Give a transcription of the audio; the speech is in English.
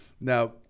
Now